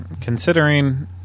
Considering